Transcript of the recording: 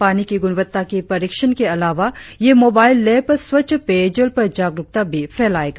पानी की गुणवत्ता की परीक्षण के अलावा ये मोबाइल लैब स्वच्छ पेयजल पर जागरुकता भी फैलाएगा